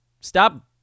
Stop